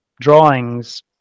drawings